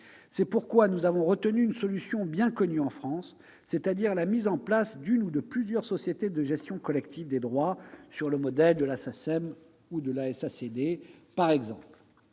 C'est pourquoi nous avons retenu une solution bien connue en France, c'est-à-dire la mise en place d'une ou de plusieurs sociétés de gestion collective des droits, sur le modèle de la SACEM, la Société des